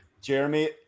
jeremy